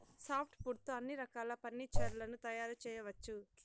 soft wood తో అన్ని రకాల ఫర్నీచర్ లను తయారు చేయవచ్చు